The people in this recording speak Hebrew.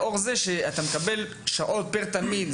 לאור זה שאתה מקבל שעות פר תלמיד.